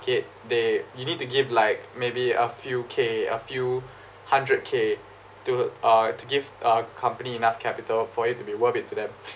market they you need to give like maybe a few k a few hundred k to uh to give uh company enough capital for it to be worth it to them